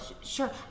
Sure